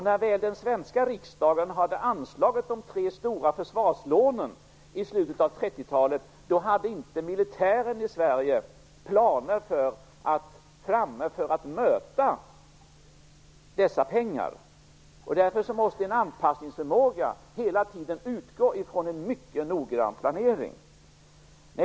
När den svenska riksdagen väl hade anslagit de tre stora försvarslånen i slutet av 30-talet hade inte militären i Sverige planer framme för att möta dessa pengar. Därför måste en anpassningsförmåga hela tiden utgå ifrån en mycket noggrann planering.